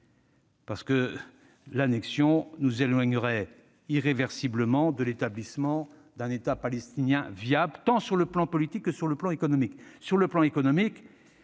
États. L'annexion nous éloignerait irréversiblement de l'établissement d'un État palestinien viable, tant sur le plan politique que sur le plan économique.